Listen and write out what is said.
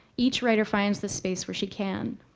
each writer finds this space where she can.